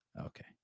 okay